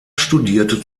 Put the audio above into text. studierte